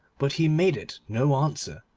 but he made it no answer.